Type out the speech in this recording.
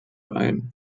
ein